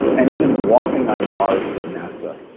and even walking on mars with nasa,